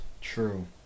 True